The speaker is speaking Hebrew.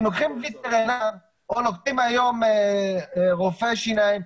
אם לוקחים היום רופא שיניים,